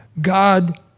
God